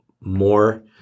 more